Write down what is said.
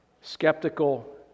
skeptical